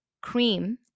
cream